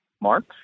Mark